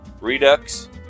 Redux